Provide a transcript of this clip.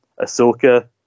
Ahsoka